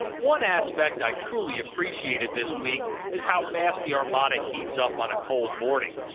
one aspect i truly appreciated this week is how fast the armada heats up on a cold morning.